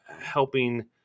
helping